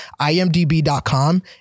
imdb.com